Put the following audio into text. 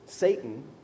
Satan